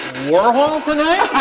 warhol tonight?